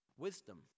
Wisdom